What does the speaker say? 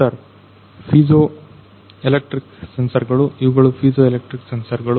sir piezo electric sensor ಗಳು ಇವುಗಳು piezo electric sensor ಗಳು